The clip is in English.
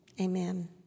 amen